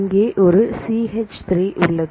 இங்கே ஒரு CH 3 உள்ளது